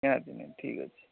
କିଣାକିଣି ଠିକ୍ ଅଛି